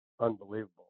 unbelievable